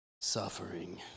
suffering